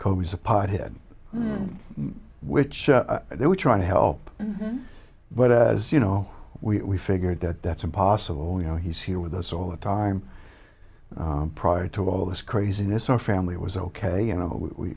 kobe's a pot head which they were trying to help but as you know we figured that that's impossible you know he's here with us all the time prior to all this craziness our family was ok you know we